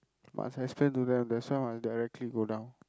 must explain to them that's why must directly go down